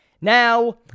Now